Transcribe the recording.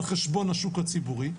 על חשבון השוק הציבורי.